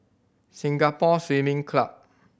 Singapore Swimming Club